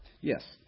Yes